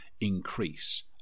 increase